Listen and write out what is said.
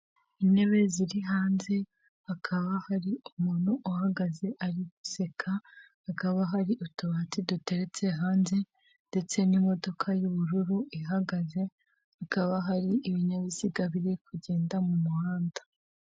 Intebe ziri hanze hakaba hari umuntu uhagaze ari guseka, hakaba hari utubati duteretse hanze ndetse n'imodoka y'ubururu ihagaze, hakaba hari ibinyabiziga biri kugenda mu muhanda.